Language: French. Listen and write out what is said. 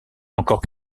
encore